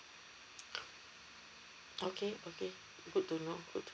okay okay good to know